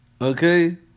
Okay